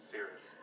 Serious